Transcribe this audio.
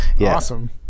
Awesome